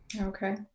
okay